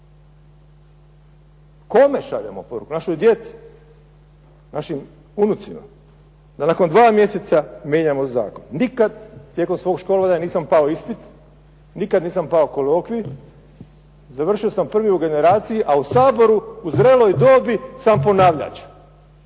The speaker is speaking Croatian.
Kome šaljemo poruku, našoj djeci, našim unucima, da nakon dva mjeseca mijenjamo zakon. Nikad tijekom svog školovanja nisam pao ispit, nikad nisam pao kolokvij, završio sam prvi u generaciji a u Saboru u zreloj dobi sam ponavljač.